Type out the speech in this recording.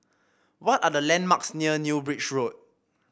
what are the landmarks near New Bridge Road